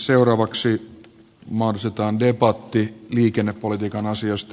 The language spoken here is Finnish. seuraavaksi mahdollistetaan debatti liikennepolitiikan asioista